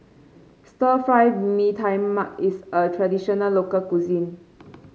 Stir Fry Mee Tai Mak is a traditional local cuisine